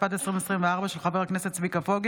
התשפ"ד 2024,